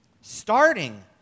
Starting